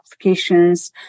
applications